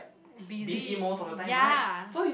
busy ya